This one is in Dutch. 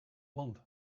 land